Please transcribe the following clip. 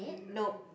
no